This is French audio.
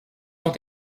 ont